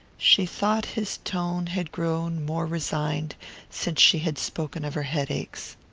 she thought his tone had grown more resigned since she had spoken of her headaches.